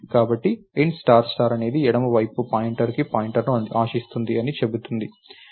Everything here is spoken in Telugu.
కాబట్టి int అనేది ఎడమవైపు పాయింటర్కి పాయింటర్ని ఆశిస్తుంది అని చెబుతుంది